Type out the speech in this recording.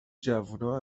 جوونا